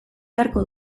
beharko